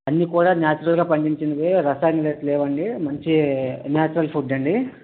అన్నీ కూడా నాచురల్ గా పండించినవే రసాయనాలు ఏవి లేవండి మంచి నాచురల్ ఫుడ్ అండి